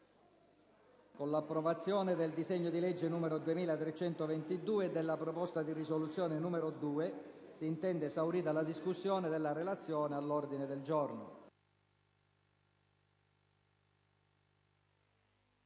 Con l'approvazione del disegno di legge n. 2322 e della proposta di risoluzione n. 2 si intende esaurita la discussione della Relazione all'ordine del giorno.